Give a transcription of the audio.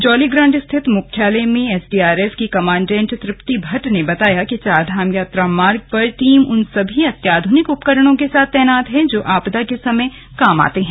जौलीग्रांट स्थित मुख्यालय में एसडीआरएफ की कमांडेंट तृप्ति भट्ट ने बताया कि चारधाम यात्रा मार्ग पर टीम उन सभी अत्याधुनिक उपकरणों के साथ तैनात है जो आपदा के समय काम आते हैं